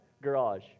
Garage